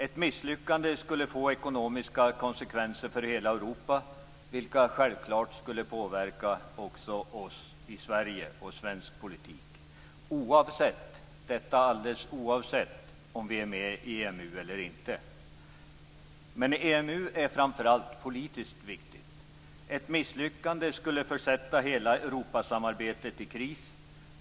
Ett misslyckande skulle få ekonomiska konsekvenser för hela Europa, vilka självklart skulle påverka också Sverige och svensk politik, oavsett om vi är med i EMU eller inte. Men EMU är framför allt politiskt viktigt. Ett misslyckande skulle försätta hela Europasamarbetet i kris.